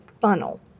funnel